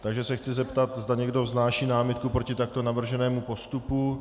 Takže se chci zeptat, zda někdo vznáší námitku proti takto navrženému postupu.